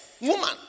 Woman